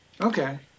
okay